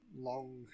long